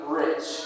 rich